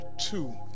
two